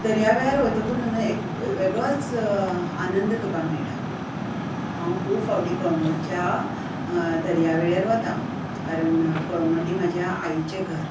दर्यावेळार वतकच एक वेगळोच तुका आनंद तुका मेळटा हांव खूब फावटीं कळंगूटच्या दर्यावेळेर वतां कारण कळंगूटी म्हज्या आईचें घर